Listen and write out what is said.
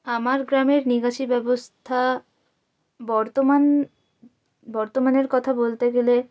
আমার গ্রামের নিকাশি ব্যবস্থা বর্তমান বর্তমানের কথা বলতে গেলে